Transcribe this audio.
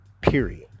period